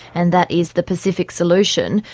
and that is the pacific solution,